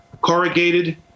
corrugated